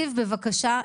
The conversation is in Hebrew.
זיו, בבקשה.